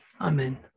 Amen